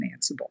financeable